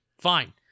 Fine